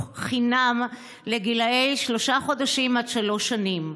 חינם לגילי שלושה חודשים עד שלוש שנים.